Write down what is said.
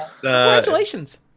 Congratulations